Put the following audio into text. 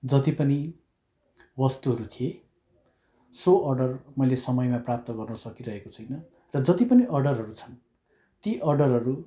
जति पनि वस्तुहरू थिए सो अर्डर मैले समयमा प्राप्त गर्न सकिरहेको छैन र जति पनि अर्डरहरू छन् ती अर्डरहरू